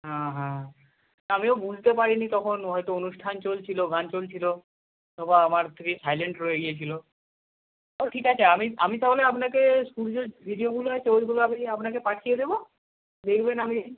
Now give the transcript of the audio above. হ্যাঁ হ্যাঁ আমিও বুঝতে পারিনি তখন হয়তো অনুষ্ঠান চলছিল গান চলছিল বা আমার থেকেই সাইলেন্ট রয়ে গিয়েছিল ও ঠিক আছে আমি আমি তাহলে আপনাকে সূর্যর ভিডিওগুলো আছে ওইগুলো আমি আপনাকে পাঠিয়ে দেবো দেখবেন আপনি